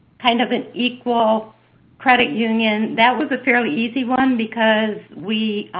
kind of an equal credit union, that was a fairly easy one because we